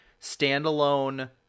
standalone